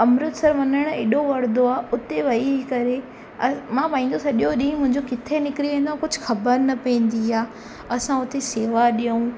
अमृतसर वञणु हेॾो वणंदो आहे उते वेई करे मां पंहिंजो सॼो ॾींहं मुंहिंजो किथे निकिरी वेंदो कुझु ख़बर न पवंदी आहे असां उते शेवा ॾियूं